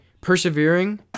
persevering